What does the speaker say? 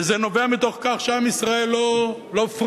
וזה נובע מתוך כך שעם ישראל לא פראייר.